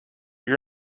your